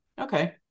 Okay